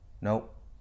Nope